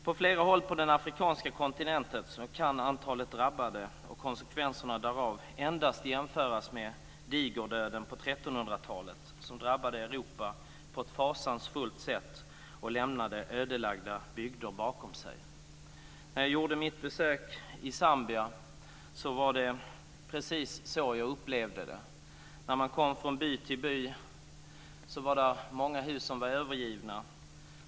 På flera håll på den afrikanska kontinenten kan antalet drabbade och konsekvenserna därav endast jämföras med digerdöden, som på 1300-talet drabbade Europa på ett fasansfullt sätt och lämnade ödelagda bygder bakom sig. När jag gjorde mitt besök i Zambia var det precis så jag upplevde det. När man kom från by till by såg man många hus som var övergivna.